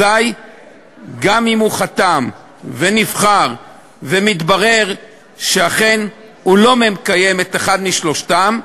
אזי גם אם הוא חתם ונבחר ומתברר שהוא לא מקיים את אחד משלושתם,